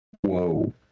Whoa